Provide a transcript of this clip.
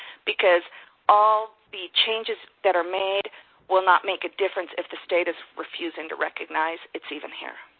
because all the changes that are made will not make a difference if the state is refusing to recognize it's even here.